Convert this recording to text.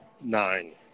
Nine